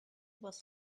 was